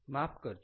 માફ કરજો